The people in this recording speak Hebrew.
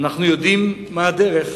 אנו יודעים מה הדרך,